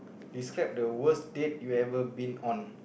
describe the worst date you ever been on